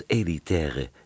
elitaire